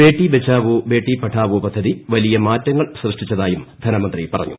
ബേട്ടി ബച്ചാവോ ബേട്ടി പഠാവോ പദ്ധതി വലിയ മാറ്റങ്ങൾ സൃഷ്ടിച്ചതായും ധനമന്ത്രി പറഞ്ഞു